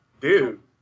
Dude